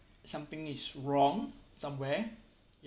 something is wrong somewhere